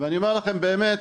אני אומר לכם באמת,